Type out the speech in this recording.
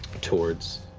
towards?